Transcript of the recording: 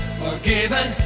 forgiven